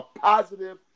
positive